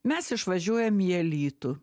mes išvažiuojam į alytų